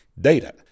data